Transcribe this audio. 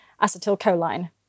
acetylcholine